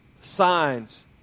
Signs